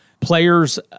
players